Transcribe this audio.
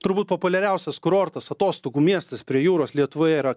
turbūt populiariausias kurortas atostogų miestas prie jūros lietuvoje yra